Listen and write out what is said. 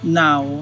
now